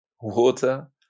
water